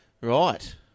Right